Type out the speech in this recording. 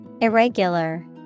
Irregular